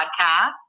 Podcast